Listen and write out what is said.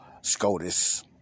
SCOTUS